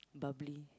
bubbly